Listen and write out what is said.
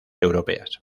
europeas